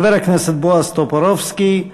חבר הכנסת בועז טופורובסקי,